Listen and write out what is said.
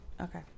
Okay